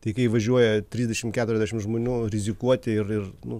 tai kai įvažiuoja trisdešimt keturiasdešimt žmonių rizikuoti ir ir nu